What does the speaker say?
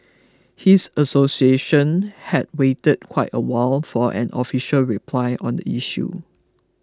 his association had waited quite a while for an official reply on the issue